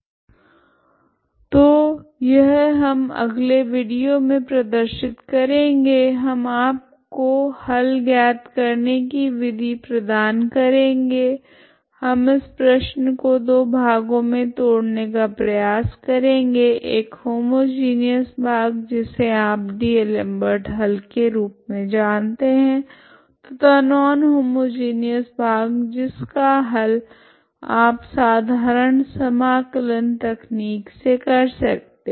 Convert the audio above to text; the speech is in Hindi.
तो यह हम अगले विडियो मे प्रदर्शित करेगे हम आपको हल ज्ञात करने की विधि प्रदान करेगे हम इस प्रश्न को दो भागों मे तोड़ने का प्रयास करेगे एक होमोजिनिऔस भाग जिसे आप डी'एलमबर्ट हल के रूप मे जानते है तथा नॉन होमोजिनिऔस भाग जिसका हल आप साधारण समाकलन तकनीक से कर सकते है